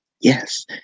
Yes